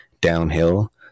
downhill